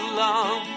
long